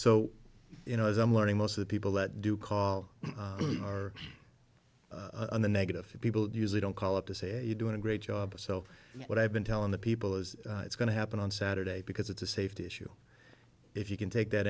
so you know as i'm learning most of the people that do call are in the negative people usually don't call up to say you doing a great job so what i've been telling the people is it's going to happen on saturday because it's a safety issue if you can take that